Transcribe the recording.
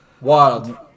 wild